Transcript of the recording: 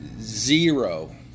zero